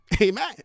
Amen